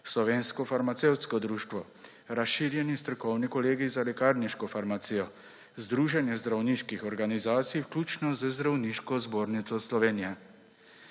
Slovensko farmacevtsko društvo, Razširjeni strokovni kolegij za lekarniško farmacijo, Združenje zdravniških organizacij, vključno z Zdravniško zbornico Slovenije.